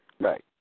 Right